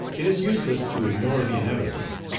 it is useless to ignore the inevitable.